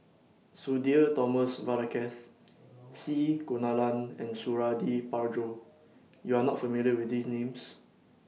Sudhir Thomas Vadaketh C Kunalan and Suradi Parjo YOU Are not familiar with These Names